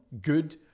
good